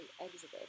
exited